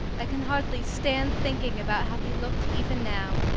i can hardly stand thinking about how he looked even now.